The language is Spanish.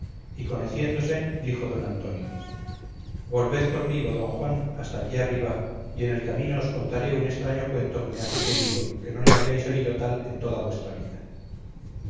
y conociéndose dijo don antonio volved conmigo don juan hasta aquí arriba y en el camino os contaré un estraño cuento que me ha sucedido que no le habréis oído tal en toda vuestra vida